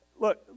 Look